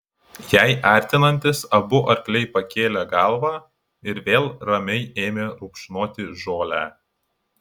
jai artinantis abu arkliai pakėlė galvą ir vėl ramiai ėmė rupšnoti žolę